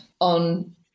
on